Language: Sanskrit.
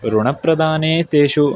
ऋणप्रदाने तेषु